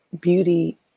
beauty